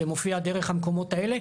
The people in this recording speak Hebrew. זה מופיע דרך המקומות האלה,